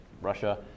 Russia